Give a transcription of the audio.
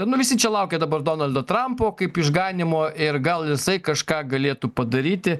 nu visi čia laukia dabar donaldo trampo kaip išganymo ir gal jisai kažką galėtų padaryti